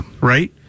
right